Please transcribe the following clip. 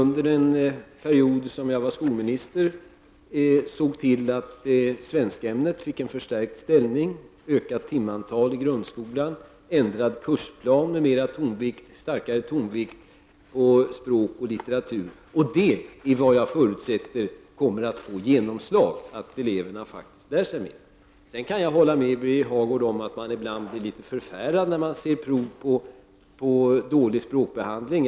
Under den period då jag var skolminister såg vi till att svenskämnet fick en förstärkt ställning — ökat timantal i grundskolan och en ändring av kursplanen med starkare tonvikt på språk och litteratur. Jag förutsätter att detta kommer att få genomslag, så att eleverna lär sig mer. Sedan kan jag hålla med Birger Hagård om att man ibland blir litet förfärad när man ser prov på dålig språkbehandling.